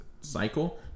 cycle